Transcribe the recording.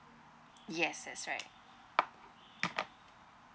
yes sir right